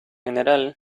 general